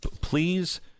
Please